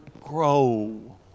grow